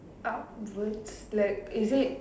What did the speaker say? upwards left is it